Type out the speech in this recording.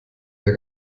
der